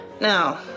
Now